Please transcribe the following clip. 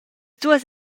duas